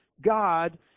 God